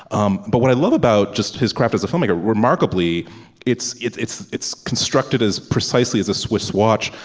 um but what i love about just his craft as a filmmaker remarkably it's it's it's it's constructed as precisely as a swiss watch.